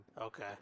Okay